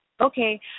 Okay